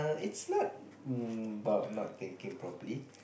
it's not hm about not thinking properly